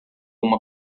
uma